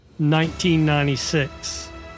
1996